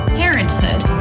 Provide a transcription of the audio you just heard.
parenthood